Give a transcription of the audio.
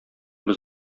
без